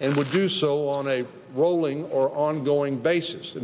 and would be so on a rolling or ongoing basis in